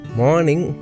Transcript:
morning